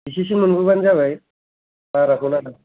इसे इसे मोनबोबानो जाबाय बाराखौ नाङा